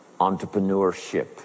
entrepreneurship